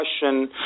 question